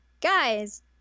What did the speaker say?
guys